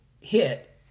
hit